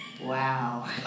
Wow